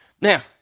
Now